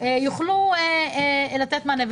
יוכלו לתת מענה.